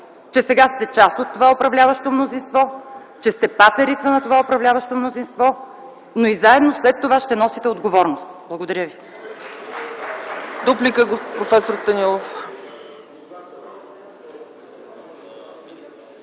че сега сте част от това управляващо мнозинство, че сте патерица на това управляващо мнозинство, но и заедно след това ще носите отговорност. Благодаря ви.